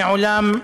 מעולם,